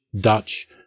Dutch